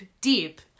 deep